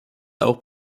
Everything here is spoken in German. auch